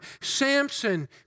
Samson